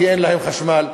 כי אין להם חשמל,